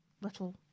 little